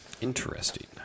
Interesting